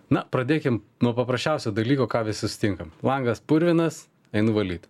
na pradėkim nuo paprasčiausio dalyko ką visi sutinkam langas purvinas einu valyt